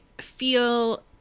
feel